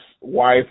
wife